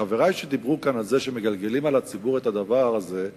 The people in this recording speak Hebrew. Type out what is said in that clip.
חברי שדיברו כאן על זה שמגלגלים על הציבור את הדבר הזה,